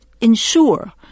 ensure